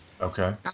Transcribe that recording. Okay